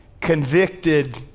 convicted